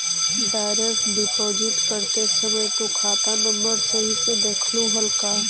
Direct deposit करते समय तु खाता नंबर सही से देखलू हल का?